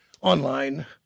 online